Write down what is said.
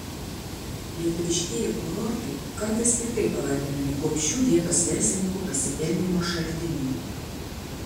lietuviškieji kurortai kartais piktai pavadinami gobšių vietos verslininkų pasipelnymo šaltiniu